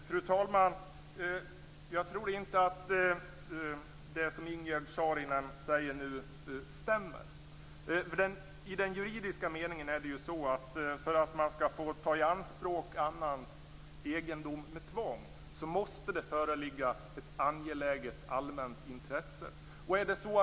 Fru talman! Jag tror inte att det som Ingegerd Saarinen nu sade stämmer. Enligt den juridiska meningen måste det föreligga ett angeläget allmänt intresse för att man skall få ta i anspråk annans egendom med tvång.